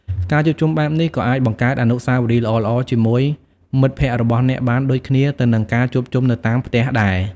ការជួបជុំបែបនេះក៏អាចបង្កើតអនុស្សាវរីយ៍ល្អៗជាមួយមិត្តភក្តិរបស់អ្នកបានដូចគ្នានឹងការជួបជុំនៅតាមផ្ទះដែរ។